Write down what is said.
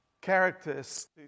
characters